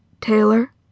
Taylor